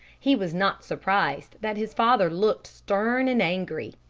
he was not surprised that his father looked stern and angry.